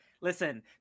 Listen